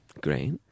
Great